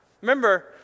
Remember